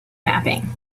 mapping